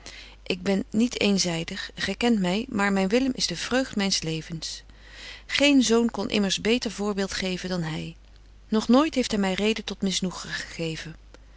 ik ben niet éénzydig gy kent my maar myn willem is de vreugd myns levens geen zoon kon immer beter voorbeeld geven dan hy nog nooit heeft hy my reden tot misnoegen gegeven